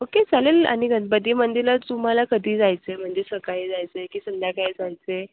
okay चालेल आणि गणपती मंदिरला तुम्हाला कधी जायचं आहे म्हणजे सकाळी जायचं आहे की संध्याकाळी जायचं आहे